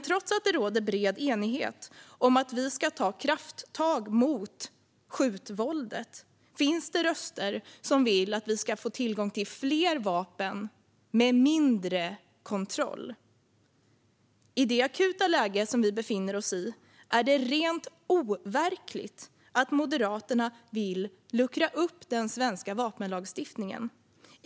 Trots att det råder bred enighet om att vi ska ta krafttag mot skjutvåldet finns det röster som vill att vi ska få tillgång till fler vapen med mindre kontroll. I det akuta läge som vi befinner oss i är det rent overkligt att Moderaterna vill luckra upp den svenska vapenlagstiftningen.